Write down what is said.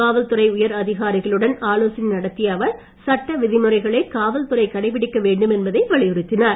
காவல்துறை உயர் அதிகாரிகளுடன் ஆலோசனை நடத்திய அவர் சட்ட விதிமுறைகளை காவல்துறை கடைபிடிக்க வேண்டும் என்பதை வலியுறுத்தினார்